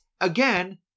again